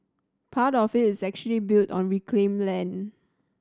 part of it is actually built on reclaimed land